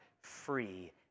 free